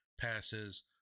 passes